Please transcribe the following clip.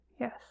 Yes